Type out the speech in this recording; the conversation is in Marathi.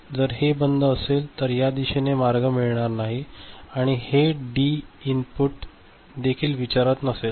जर हे बंद असेल तर या दिशेने मार्ग मिळणार नाही आणि हे डी इनपुट देखील विचारात नसेल